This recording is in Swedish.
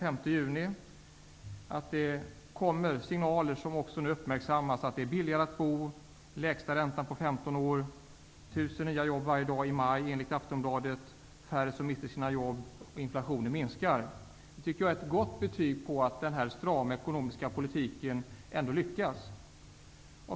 Där framhölls att det nu kommer signaler, som uppmärksammas, om att det är billigare att bo och att man nu har den lägsta räntan på 15 år. Det blev enligt Aftonbladet 1 000 nya jobb varje dag i maj. Färre miste sina jobb, och inflationen minskar. Det är ett gott besked om att den strama ekonomiska politiken trots allt lyckas.